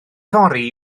fory